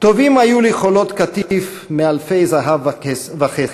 "טובים היו לי חולות קטיף / מאלפי זהב וכסף,